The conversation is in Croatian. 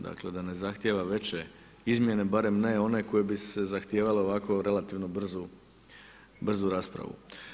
Dakle, da ne zahtijeva veće izmjene, barem ne one koje bi se zahtijevale ovako relativno brzu raspravu.